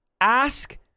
ask